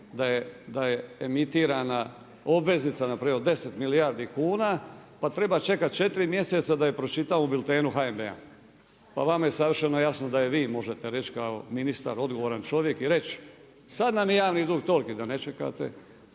da je emitirana obveznica od 10 milijardi kuna pa treba čekati četiri mjeseca da je pročitamo u biltenu HNB-a. Pa vama je savršeno jasno da i vi možete reći kao ministar odgovoran čovjek i reći sada nam je javni dug toliki da ne čekate